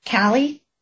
Callie